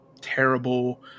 terrible